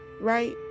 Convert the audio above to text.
right